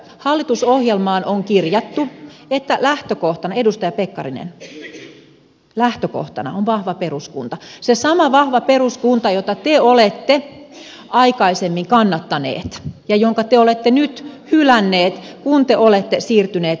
hallitusohjelmaan on kirjattu että lähtökohtana edustaja pekkarinen on vahva peruskunta se sama vahva peruskunta jota te olette aikaisemmin kannattaneet ja jonka te olette nyt hylänneet kun te olette siirtyneet oppositioon